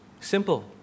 Simple